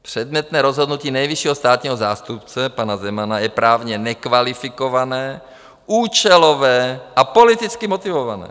Předmětné rozhodnutí nejvyššího státního zástupce pana Zemana je právně nekvalifikované, účelové a politicky motivované.